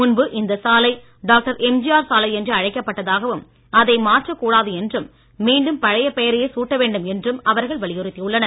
முன்பு இந்த சாலை டாக்டர் எம்ஜிஆர் சாலை என்று அழைக்கப்பட்டதாகவும் அதை மாற்றக்கூடாது என்றும் மீண்டும் பழைய பெயரையே சூட்ட வேண்டும் என்றும் அவர்கள் வலியுறுத்தினர்